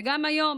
וגם היום